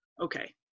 Okay